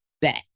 Bet